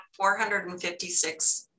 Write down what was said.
456